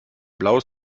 blaues